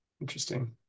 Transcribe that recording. interesting